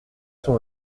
sont